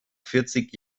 vierzig